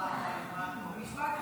כבוד היושב-ראש,